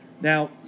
Now